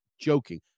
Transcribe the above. joking